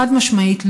חד-משמעית,